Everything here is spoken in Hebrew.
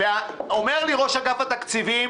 אמר לי ראש אגף התקציבים: